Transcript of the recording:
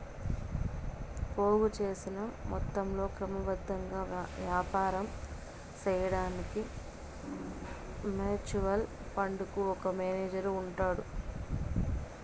పోగు సేసిన మొత్తంలో క్రమబద్ధంగా యాపారం సేయడాన్కి మ్యూచువల్ ఫండుకు ఒక మేనేజరు ఉంటాడు